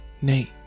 Nate